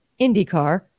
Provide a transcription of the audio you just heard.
IndyCar